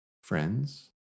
friends